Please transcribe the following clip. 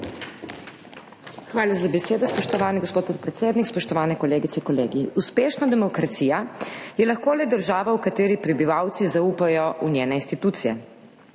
Hvala za besedo, spoštovani gospod podpredsednik. Spoštovane kolegice, kolegi! Uspešna demokracija je lahko le država, v kateri prebivalci zaupajo v njene institucije.